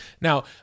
Now